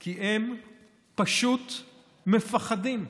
כי הם פשוט מפחדים.